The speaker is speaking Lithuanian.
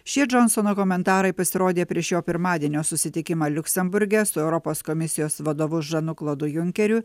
šie džonsono komentarai pasirodė prie šio pirmadienio susitikimą liuksemburge su europos komisijos vadovu žanu klodu junkeriu